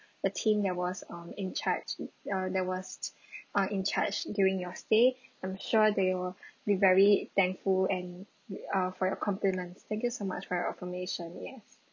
a team that was um in charge uh that was uh in charge during your stay I'm sure they'll be very thankful and uh for your compliments thank you so much for your affirmation yes